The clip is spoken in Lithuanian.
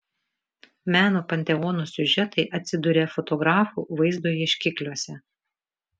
meno panteonų siužetai atsiduria fotografų vaizdo ieškikliuose